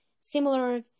similar